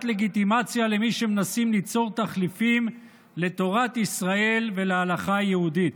לגיטימציה למי שמנסים ליצור תחליפים לתורת ישראל ולהלכה היהודית.